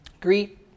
Greet